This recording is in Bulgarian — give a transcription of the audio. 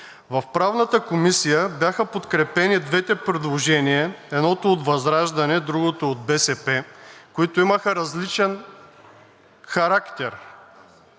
В Правната комисия бяха подкрепени двете предложения – едното от ВЪЗРАЖДАНЕ, другото от БСП, които имаха различен характер.